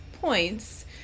points